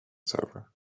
server